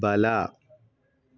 ಬಲ